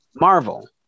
marvel